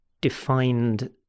defined